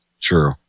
True